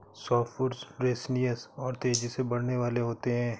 softwood resinous और तेजी से बढ़ने वाले होते हैं